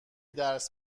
درس